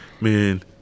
man